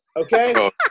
Okay